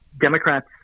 Democrats